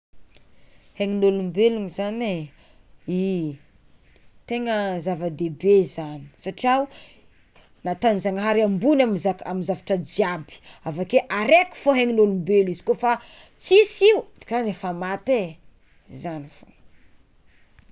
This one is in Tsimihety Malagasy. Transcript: Haignin'olombelogno zany e, tegna zavadehibe zany satria o nataon'i Zanahary amy zaka amy zavatra jiaby avakeo araiky fô haignin'olombelo, izy kôfa tsisy io de kara fa maty e zany fô.